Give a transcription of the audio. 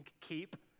keep